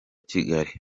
kigali